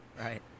Right